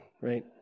right